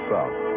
South